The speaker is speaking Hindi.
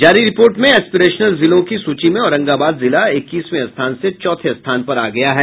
जारी रिपोर्ट में एस्पिरेशनल जिलों की सूची में औरंगाबाद जिला इक्कीसवें स्थान से चौथे स्थान पर आ गया है